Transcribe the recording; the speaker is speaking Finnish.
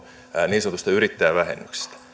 niin sanotusta yrittäjävähennyksestä